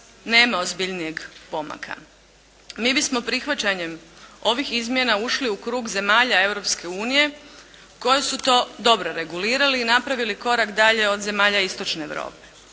nema ozbiljnijeg pomaka. Mi bismo prihvaćanjem ovih izmjena ušli u krug zemalja Europske unije koje su to dobro regulirali i napravili korak dalje od zemalja istočne Europe,